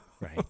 Right